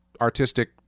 artistic